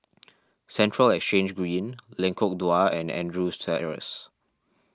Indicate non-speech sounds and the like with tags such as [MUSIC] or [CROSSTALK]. [NOISE] Central Exchange Green Lengkok Dua and Andrews Terrace